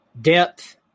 depth